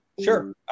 sure